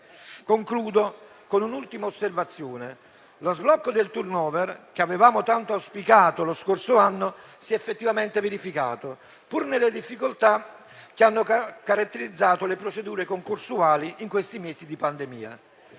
Consentitemi un'ultima osservazione. Lo sblocco del *turnover*, che avevamo tanto auspicato lo scorso anno, si è effettivamente verificato, pur nelle difficoltà che hanno caratterizzato le procedure concorsuali in questi mesi di pandemia.